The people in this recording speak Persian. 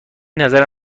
نظر